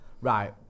Right